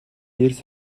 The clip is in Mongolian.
эрс